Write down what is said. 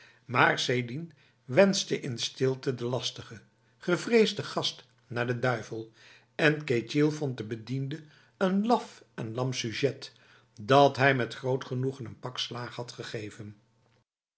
maar sidin wenste in stilte de lastige gevreesde gast naar de duivel en ketjil vond de bediende een laf en lam sujet dat hij met groot genoegen een pak slaag had gegeven